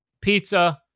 pizza